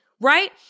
right